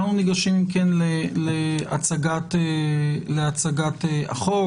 אנחנו ניגשים אם כן להצגת הצעת החוק,